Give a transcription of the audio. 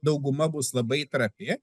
dauguma bus labai trapi